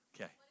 Okay